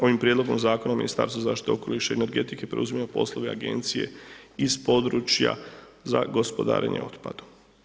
Ovim prijedlogom zakona Ministarstvo zaštite okoliša i energetike preuzima poslove agencije iz područja za gospodarenje otpadom.